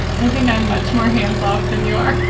i think i'm much more hands off than you are